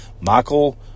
Michael